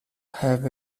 have